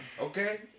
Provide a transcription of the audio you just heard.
Okay